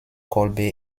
kolbe